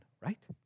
right